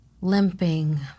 Limping